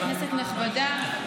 כנסת נכבדה,